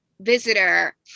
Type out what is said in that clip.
visitor